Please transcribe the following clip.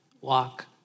walk